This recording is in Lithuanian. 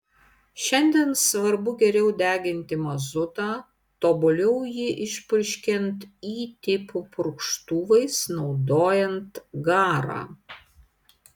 šiandien svarbu geriau deginti mazutą tobuliau jį išpurškiant y tipo purkštuvais naudojant garą